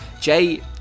Jay